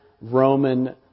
Roman